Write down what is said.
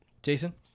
Jason